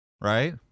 right